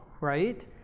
right